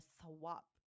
swap